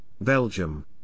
Belgium